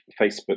Facebook